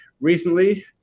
Recently